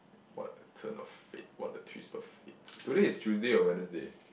what a turn of fate what a twist of fate today is Tuesday or Wednesday